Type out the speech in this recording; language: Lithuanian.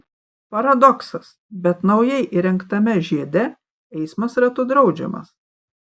paradoksas bet naujai įrengtame žiede eismas ratu draudžiamas